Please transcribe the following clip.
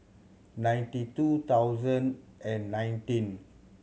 ninety two thousand and nineteen